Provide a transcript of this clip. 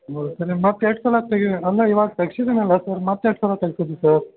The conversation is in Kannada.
ಮತ್ತು ಎಷ್ಟ್ ಸಲ ತೆಗೀ ಅಲ್ಲ ಇವಾಗ ತೆಗ್ಸಿದಿನಲ್ಲ ಸರ್ ಮತ್ತು ಎಷ್ಟು ಸಲ ತೆಗ್ಸದು ಸರ್